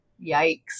Yikes